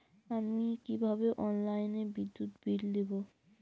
আমি কিভাবে অনলাইনে বিদ্যুৎ বিল দেবো?